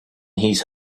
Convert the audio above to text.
his